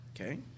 Okay